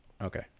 Okay